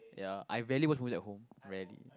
ya I rarely watch movie at home rarely